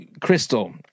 Crystal